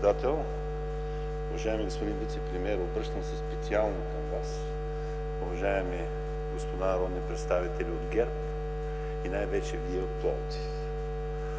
председател, уважаеми господин вицепремиер, обръщам се специално към Вас, уважаеми господа народни представители от ГЕРБ и най-вече вие от Пловдив!